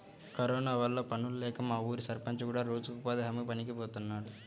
corona వల్ల పనుల్లేక మా ఊరి సర్పంచ్ కూడా రోజూ ఉపాధి హామీ పనికి బోతన్నాడు